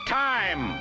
time